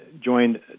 joined